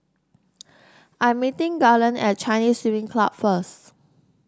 I'm meeting Garland at Chinese Swimming Club first